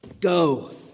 go